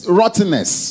rottenness